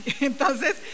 entonces